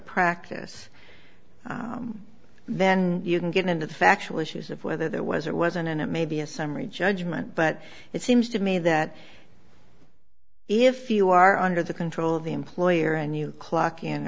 practice then you can get into the factual issues of whether there was or wasn't and it may be a summary judgment but it seems to me that if you are under the control of the employer and you clock in